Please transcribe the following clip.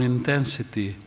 Intensity